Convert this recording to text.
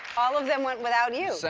all of them went without you.